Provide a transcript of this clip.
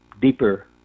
deeper